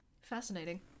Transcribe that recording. fascinating